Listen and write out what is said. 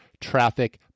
traffic